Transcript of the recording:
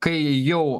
kai jau